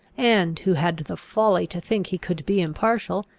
and who had the folly to think he could be impartial,